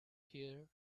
here